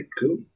Cool